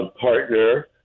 Partner